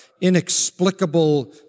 inexplicable